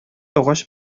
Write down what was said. агач